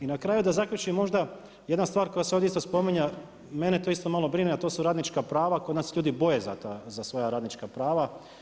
I na kraju da zaključim možda jedna stvar koja se ovdje isto spominje, mene to isto brine, a to su radnička prava kod nas se ljudi bolje za ta radnička prava.